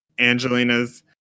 Angelina's